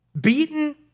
Beaten